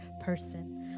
person